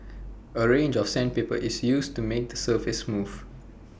A range of sandpaper is used to make the surface smooth